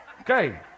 Okay